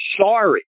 Sorry